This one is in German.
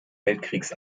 weltkriegs